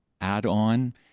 add-on